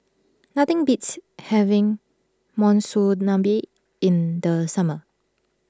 nothing beats having Monsunabe in the summer